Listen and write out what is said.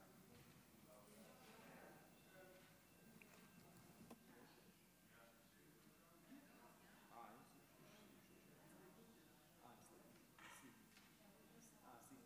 סעיפים 1